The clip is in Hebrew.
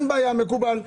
מקובל.